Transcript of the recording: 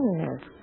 Yes